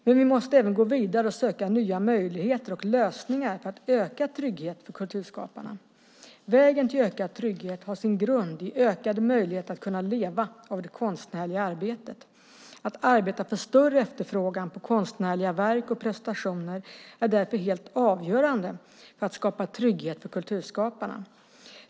Men vi måste även gå vidare och söka nya möjligheter och lösningar för att öka tryggheten för kulturskaparna. Vägen till ökad trygghet har sin grund i ökade möjligheter att leva av det konstnärliga arbetet. Att arbeta för större efterfrågan på konstnärliga verk och prestationer är därför helt avgörande för att skapa trygghet för kulturskaparna.